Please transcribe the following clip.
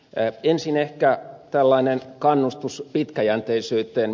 ensin ehkä tällainen kannustus pitkäjänteisyyteen